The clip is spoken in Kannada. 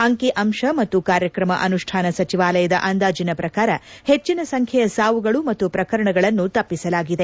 ಅಂಕಿ ಅಂಶ ಮತ್ತು ಕಾರ್ಯಕ್ರಮ ಅನುಷ್ಣಾನ ಸಚಿವಾಲಯದ ಅಂದಾಜಿನ ಪ್ರಕಾರ ಹೆಚ್ಚಿನ ಸಂಖ್ಯೆಯ ಸಾವುಗಳು ಮತ್ತು ಪ್ರಕರಣಗಳನ್ನು ತಪ್ಪಿಸಲಾಗಿದೆ